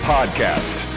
Podcast